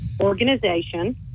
organization